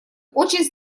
очень